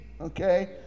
okay